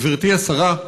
גברתי השרה,